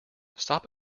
stop